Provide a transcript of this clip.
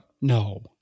No